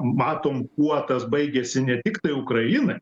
matom kuo tas baigėsi ne tiktai ukrainai